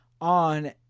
on